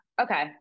okay